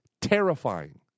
terrifying